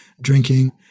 drinking